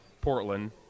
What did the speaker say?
Portland